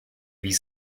wie